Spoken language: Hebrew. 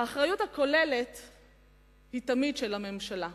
האחריות הכוללת היא תמיד של הממשלה,